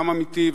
גם עמיתי,